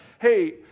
hey